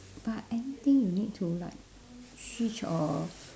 but anything you need to like switch or